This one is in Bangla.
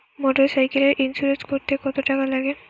মোটরসাইকেলের ইন্সুরেন্স করতে কত টাকা লাগে?